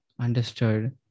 understood